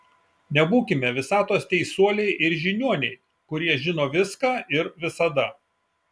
nebūkime visatos teisuoliai ir žiniuoniai kurie žino viską ir visada